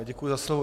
Děkuji za slovo.